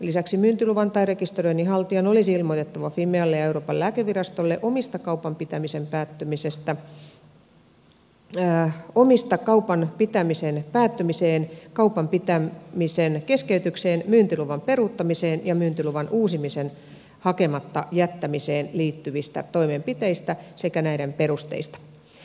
lisäksi myyntiluvan tai rekisteröinnin haltijan olisi ilmoitettava fimealle ja euroopan lääkevirastolle omista kaupan pitämisen päättymiseen kaupan pitämisen keskeytykseen myyntiluvan peruuttamiseen ja myyntiluvan uusimisen hakematta jättämiseen liittyvistä toimenpiteistä sekä näiden perusteista